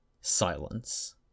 Silence